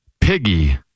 piggy